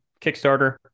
kickstarter